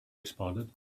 responded